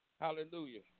Hallelujah